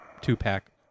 two-pack